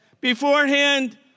Beforehand